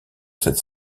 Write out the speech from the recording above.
cette